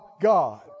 God